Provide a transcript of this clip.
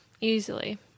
easily